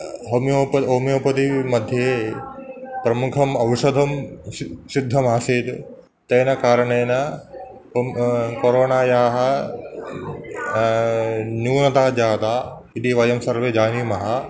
होमियोप homeopathy मध्ये प्रमुखम् औषधं शि सिद्धमासीत् तेन कारणेन कों कोरोणायाः न्यूनता जाता इति वयं सर्वे जानीमः